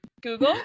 Google